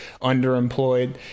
underemployed